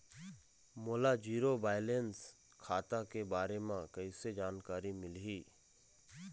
मोला zero balance खाता के बारे म कैसे जानकारी मिलही?